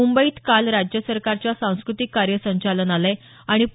मुंबई इथं काल राज्य सरकारच्या सांस्कृतिक कार्य संचालनालय आणि पु